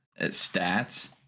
stats